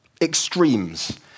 extremes